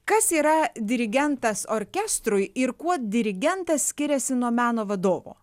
kas yra dirigentas orkestrui ir kuo dirigentas skiriasi nuo meno vadovo